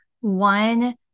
one